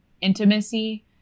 intimacy